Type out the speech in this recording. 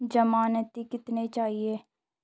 ज़मानती कितने चाहिये?